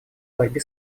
борьбе